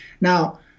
Now